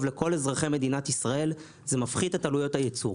לכל אזרחי מדינת ישראל כי זה מפחית את עלויות הייצוא.